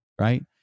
Right